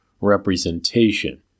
representation